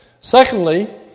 Secondly